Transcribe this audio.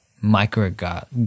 micro